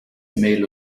mehl